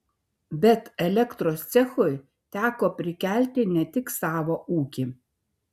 bet elektros cechui teko prikelti ne tik savo ūkį